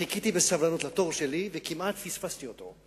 חיכיתי בסבלנות לתור שלי וכמעט פספסתי אותו.